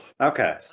Okay